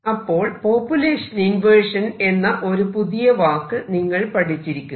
അപ്പോൾ population inversion എന്ന ഒരു പുതിയ വാക്ക് നിങ്ങൾ പഠിച്ചിരിക്കുന്നു